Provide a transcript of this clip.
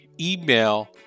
email